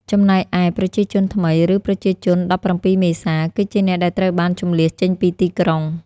ចំណែកឯ "ប្រជាជនថ្មី" ឬ "ប្រជាជន ១៧ មេសា" គឺជាអ្នកដែលត្រូវបានជម្លៀសចេញពីទីក្រុង។